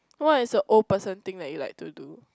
what is the old person thing that you like to do